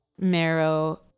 marrow